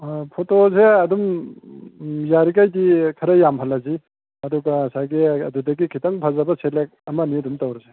ꯐꯣꯇꯣꯁꯦ ꯑꯗꯨꯝ ꯌꯥꯔꯤꯈꯩꯗꯤ ꯈꯔ ꯌꯥꯝꯍꯜꯂꯁꯤ ꯑꯗꯨꯒ ꯉꯁꯥꯏꯒꯤ ꯑꯗꯨꯗꯒꯤ ꯈꯤꯇꯪ ꯐꯖꯕ ꯁꯦꯂꯦꯛ ꯑꯃ ꯑꯅꯤ ꯑꯗꯨꯝ ꯇꯧꯔꯁꯤ